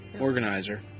Organizer